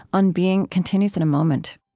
on being continues in a moment